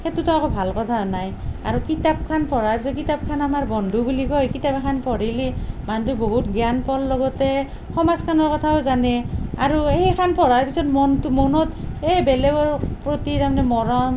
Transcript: সেইটোতো একো ভাল কথা হোৱা নাই আৰু কিতাপখান পঢ়াৰ যে কিতাপখান আমাৰ বন্ধু বুলি কয় কিতাপ এখান পঢ়িলি মানুহটো বহুত জ্ঞান পোৱাৰ লগতে সমাজখনৰ কথাও জানে আৰু সেইখন পঢ়াৰ পিছত মনটো মনত এই বেলেগৰ প্ৰতি তাৰমানে মৰম